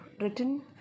written